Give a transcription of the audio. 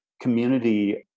community